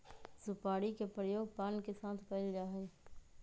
सुपारी के प्रयोग पान के साथ कइल जा हई